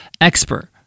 expert